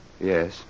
Yes